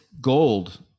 gold